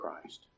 Christ